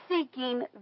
seeking